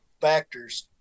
factors